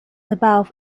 above